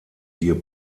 hier